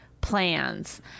plans